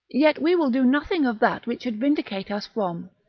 yet we will do nothing of that which should vindicate us from,